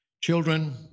Children